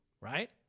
right